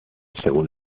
según